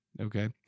Okay